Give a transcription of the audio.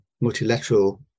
multilateral